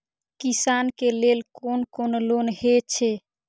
किसान के लेल कोन कोन लोन हे छे?